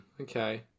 Okay